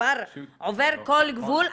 כבר עובר כל גבול.